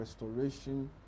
restoration